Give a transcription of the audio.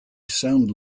sound